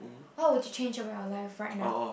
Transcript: what would you change about your life right now